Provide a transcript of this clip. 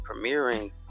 premiering